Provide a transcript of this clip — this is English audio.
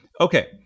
Okay